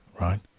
right